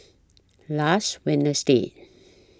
last Wednesday